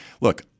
look